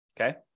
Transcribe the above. Okay